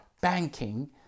banking